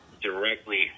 directly